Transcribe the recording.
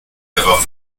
ihrer